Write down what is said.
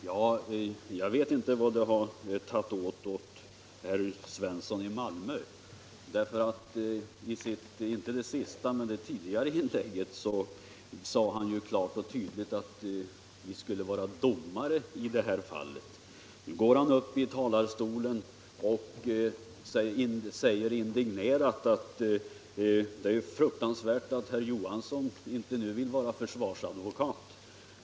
Herr talman! Jag vet inte vad som har tagit åt herr Svensson i Malmö. I sitt tidigare inlägg sade han ju klart och tydligt att vi skulle vara domare i det här fallet. Nu går han upp i talarstolen och säger indignerat att det är fruktansvärt att herr Johansson i Malmö inte nu vill vara försvarsadvokat.